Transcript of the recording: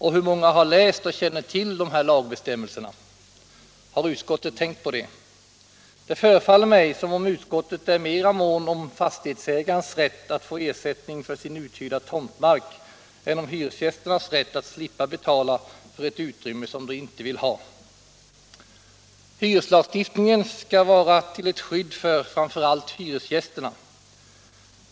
Hur många har läst och känner till dessa lagbestämmelser? Har utskottet tänkt på det? Det förefaller mig som om utskottet mer månar om fastighetsägarens rätt att få ersättning för sin uthyrda tomtmark än om hyresgästernas rätt att slippa betala för ett utrymme som de inte vill ha. Hyreslagstiftningen skall vara ett skydd för framför allt hyresgästerna.